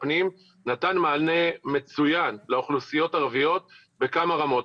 הפנים נתן מענה מצוין לאוכלוסיות ערביות בכמה רמות.